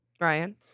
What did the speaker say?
Ryan